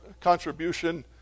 contribution